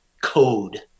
code